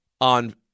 on